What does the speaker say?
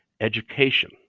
Education